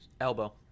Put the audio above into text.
Elbow